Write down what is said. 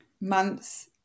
months